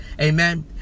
Amen